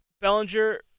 Bellinger